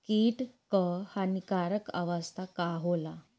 कीट क हानिकारक अवस्था का होला?